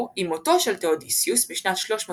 או עם מותו של תאודיסיוס בשנת 395